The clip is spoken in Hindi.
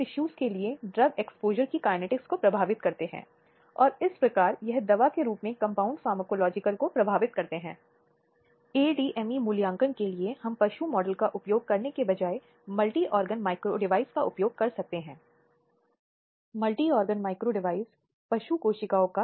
यह बालिग़ व्यक्ति की उम्र है इसलिए एक नाबालिग सहमति नहीं दे सकती है और यदि एक नाबालिग को किसी आरोपी द्वारा इस तरह की कार्रवाई के अधीन किया जाता है तो वह अपनी सहमति देती है या नहीं यह व्यक्ति अभी भी उत्तरदायी होगा